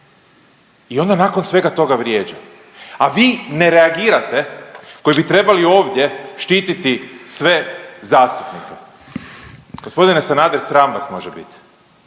i onda nakon svega toga vrijeđa, a vi ne reagirate koji bi trebali ovdje štititi sve zastupnike. Gospodine Sanader sram vas može biti,